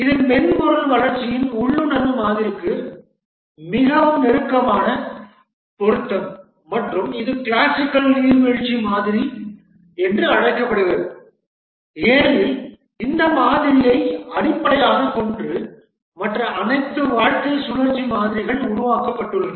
இது மென்பொருள் வளர்ச்சியின் உள்ளுணர்வு மாதிரிக்கு மிகவும் நெருக்கமான பொருத்தம் மற்றும் இது கிளாசிக்கல் நீர்வீழ்ச்சி மாதிரி என்று அழைக்கப்படுகிறது ஏனெனில் இந்த மாதிரியை அடிப்படையாகக் கொண்டு மற்ற அனைத்து வாழ்க்கை சுழற்சி மாதிரிகள் உருவாக்கப்பட்டுள்ளன